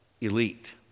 elite